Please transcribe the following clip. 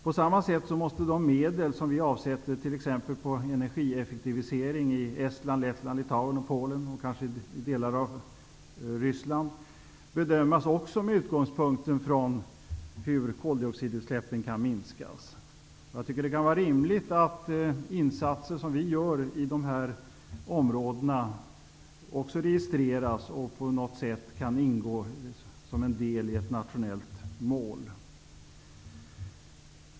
På samma sätt måste de medel som vi avsätter t.ex. Litauen, Polen och kanske i delar av Ryssland bedömas också med utgångspunkt i hur koldioxidutsläppen kan minskas. Det är rimligt att de insatser som vi gör i de här områdena också registreras och på något sätt kan ingå som en del i ett nationellt mål.